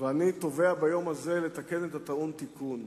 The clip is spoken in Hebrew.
אני תובע ביום הזה לתקן את הטעון תיקון,